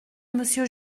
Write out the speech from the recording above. monsieur